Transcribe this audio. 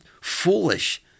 foolish